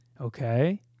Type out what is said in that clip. Okay